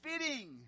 fitting